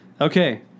Okay